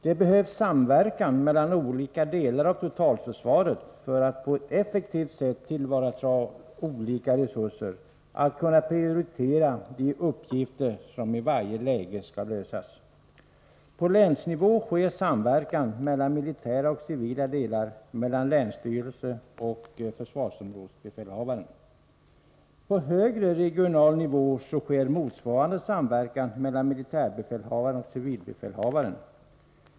Det behövs samverkan mellan olika delar av totalförsvaret för att på ett effektivt sätt ta till vara olika resurser, att kunna prioritera de uppgifter som i varje läge skall lösas. På länsnivå sker samverkan mellan militära och civila delar mellan länsstyrelsen och försvarsområdesbefälhavaren. På högre regional nivå sker motsvarande samverkan mellan militärbefäl havaren och civilbefälhavaren.